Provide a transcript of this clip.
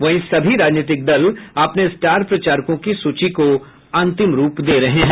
वहीं सभी राजनीतिक दल अपने स्टार प्रचारकों की सूची को अंतिम रूप दे रहे हैं